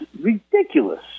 ridiculous